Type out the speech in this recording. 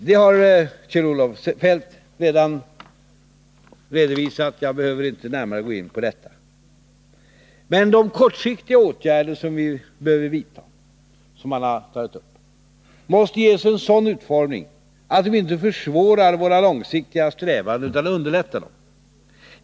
Det har Kjell-Olof Feldt redan redovisat — jag behöver inte närmare gå in på det. De kortsiktiga åtgärder vi behöver vidta måste ges en sådan utformning att de inte försvårar våra långsiktiga strävanden utan underlättar dem.